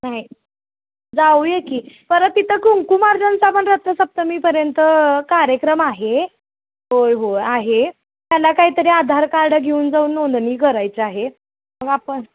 नाही जाऊया की परत तिथं कुंकुमार्चनाचा पण रथसप्तमीपर्यंत कार्यक्रम आहे होय होय आहे त्याला काहीतरी आधार कार्ड घेऊन जाऊन नोंदणी करायची आहे मग आपण